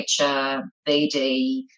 bd